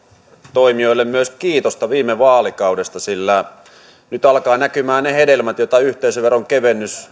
toimijoille myös kiitosta viime vaalikaudesta sillä nyt alkavat näkymään ne hedelmät joita yhteisöveron kevennys